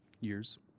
years